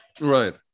Right